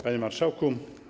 Panie Marszałku!